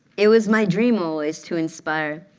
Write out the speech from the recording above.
it was my dream always to inspire.